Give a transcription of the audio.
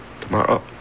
Tomorrow